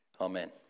Amen